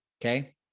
okay